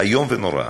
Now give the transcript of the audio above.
איום ונורא.